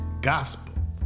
gospel